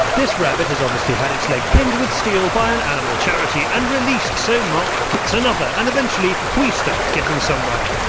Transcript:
this rabbit has obviously had his leg pinned with steel by an animal charity and released so mark gets another and eventually we start getting somewhere.